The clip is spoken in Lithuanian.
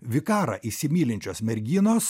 vikarą įsimylinčios merginos